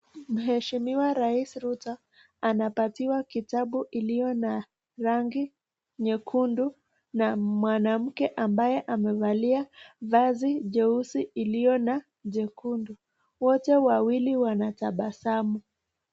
Mheshimiwa rais Ruto anapatiwa kitabu iliyo na rangi nyekundu na mwanamke ambaye amevalia vazi nyeusi iliyo na nyekundu wote wawili wanatabasamu.